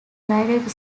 united